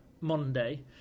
Monday